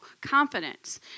confidence